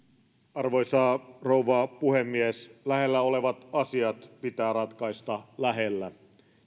arvoisa rouva puhemies lähellä olevat asiat pitää ratkaista lähellä